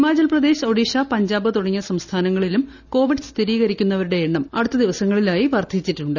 ഹിമാചൽ പ്രദേശ് ഒഡീഷ പഞ്ചാബ് തുടങ്ങിയ സംസ്ഥാനങ്ങളിലും കോവിഡ് സ്ഥിരീകരിക്കുന്നവരുടെ എണ്ണം അടുത്ത ദിവസങ്ങളിലായി വർദ്ധിച്ചിട്ടുണ്ട്